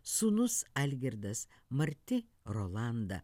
sūnus algirdas marti rolanda